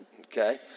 Okay